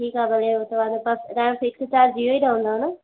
ठीकु आहे भले हू त तवांजो फिक्स चार्ज इहो ई रहंदो न